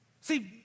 See